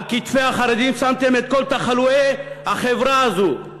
על כתפי החרדים שמתם את כל תחלואי החברה הזאת.